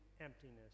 emptiness